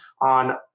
on